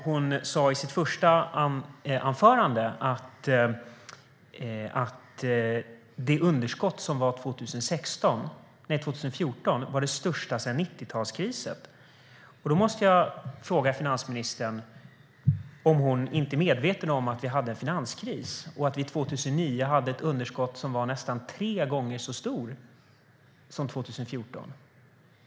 Hon sa i sitt första inlägg att underskottet 2014 var det största sedan 90-talskrisen. Då måste jag fråga finansministern om hon inte är medveten om att vi hade en finanskris och att vi 2009 hade ett underskott som var nästan tre gånger så stort som 2014.